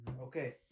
Okay